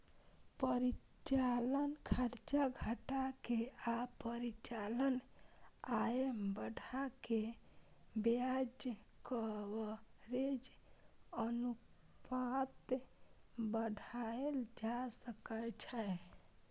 परिचालन खर्च घटा के आ परिचालन आय बढ़ा कें ब्याज कवरेज अनुपात बढ़ाएल जा सकै छै